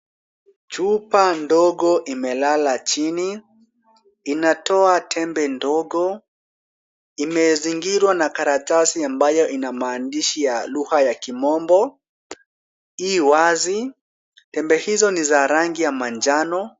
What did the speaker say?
Chupa ndogo inalala chini. Inatoa tembe ndogo. Imezingirwa na karatasi ambayo ina lugha ya kimombo. I wazi. Tembe hizo ni za rangi ya manjano.